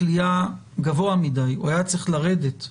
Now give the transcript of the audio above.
תקן הכליאה גבוה מדי, הוא היה צריך לרדת.